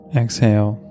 exhale